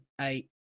eight